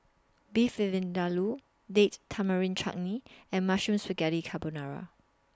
Beef Vindaloo Date Tamarind Chutney and Mushroom Spaghetti Carbonara